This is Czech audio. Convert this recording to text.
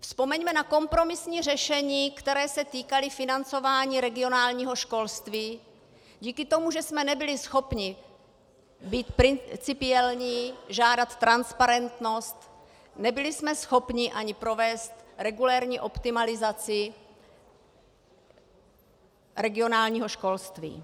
Vzpomeňme na kompromisní řešení, která se týkala financování regionálního školství díky tomu, že jsme nebyli schopni být principiální, žádat transparentnost, nebyli jsme schopni ani provést regulérní optimalizaci regionálního školství.